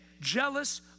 jealous